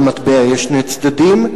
למטבע יש שני צדדים,